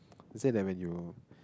they said then when you